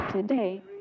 Today